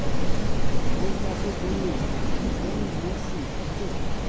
ধান চাষের জন্যে কোন মরশুম সবচেয়ে ভালো?